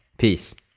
peace.